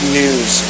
news